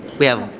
we have